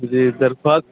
جی